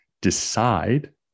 decide